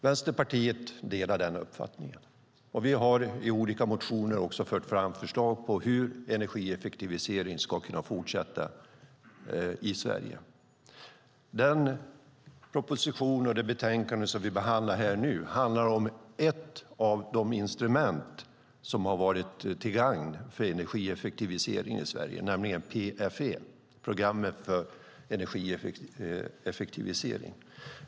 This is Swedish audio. Vänsterpartiet delar den uppfattningen, och vi har i olika motioner fört fram förslag om hur energieffektiviseringen ska kunna fortsätta i Sverige. Den proposition och det betänkande som vi nu behandlar handlar om ett av de instrument som varit till gagn för energieffektiviseringen i Sverige, nämligen PFE, programmet för energieffektivisering.